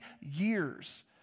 years